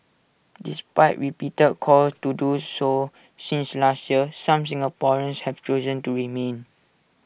despite repeated calls to do so since last year some Singaporeans have chosen to remain